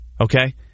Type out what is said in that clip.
Okay